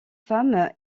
femmes